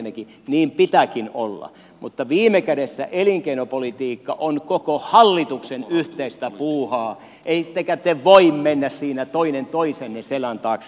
ensinnäkin niin pitääkin olla mutta viime kädessä elinkeinopolitiikka on koko hallituksen yhteistä puuhaa ettekä te voi mennä siinä toinen toisenne selän taakse